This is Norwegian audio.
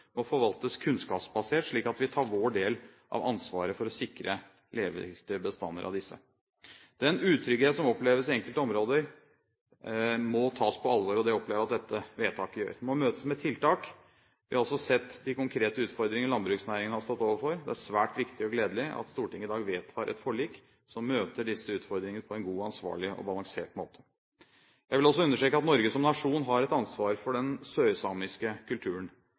må forvaltes kunnskapsbasert, slik at vi tar vår del av ansvaret for å sikre levedyktige bestander av disse. Den utrygghet som oppleves i enkelte områder, må tas på alvor, og det opplever jeg at dette vedtaket gjør. Det må møtes med tiltak. Vi har også sett de konkrete utfordringene landbruksnæringen har stått overfor. Det er svært viktig og gledelig at Stortinget i dag vedtar et forlik som møter disse utfordringene på en god, ansvarlig og balansert måte. Jeg vil også understreke at Norge som nasjon har et ansvar for den sørsamiske kulturen.